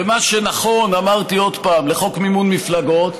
ומה שנכון לחוק מימון מפלגות,